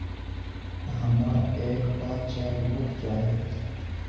हमरा एक टा चेकबुक चाहि